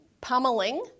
pummeling